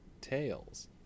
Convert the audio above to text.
tails